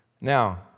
Now